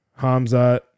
Hamzat